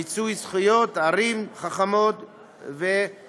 מיצוי זכויות, ערים חכמות ועוד.